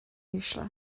uaisle